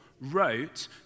wrote